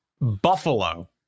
Buffalo